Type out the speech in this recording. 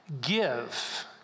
Give